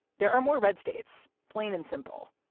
there are more red states. plain and simple.